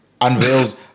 unveils